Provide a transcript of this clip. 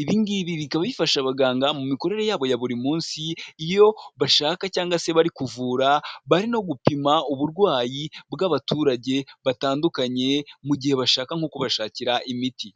Ibi ngibi bikaba bifasha abaganga mu mikorere yabo ya buri munsi, iyo bashaka cyangwa se bari kuvura, bari no gupima uburwayi bw'abaturage batandukanye mu gihe bashaka nko kubashakira imiti.